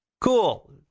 Cool